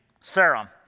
serum